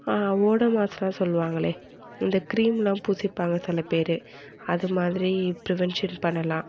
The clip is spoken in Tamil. ஓடோமாஸ்லாம் சொல்லுவாங்களே இந்த க்ரீம்லாம் பூசிப்பாங்கள் சில பேர் அது மாதிரி பிரிவென்ஷன் பண்ணலாம்